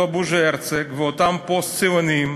אותו בוז'י הרצוג ואותם פוסט-ציונים,